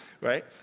right